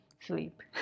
sleep